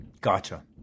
Gotcha